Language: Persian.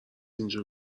اینجا